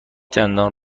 دندان